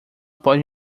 pode